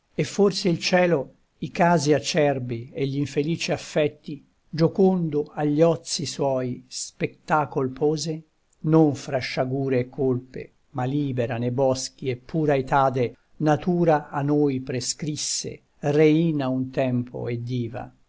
e forse il cielo i casi acerbi e gl'infelici affetti giocondo agli ozi suoi spettacol pose non fra sciagure e colpe ma libera ne boschi e pura etade natura a noi prescrisse reina un tempo e diva